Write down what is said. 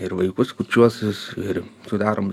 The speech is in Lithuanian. ir vaikus kurčiuosius ir sudarom